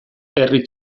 herri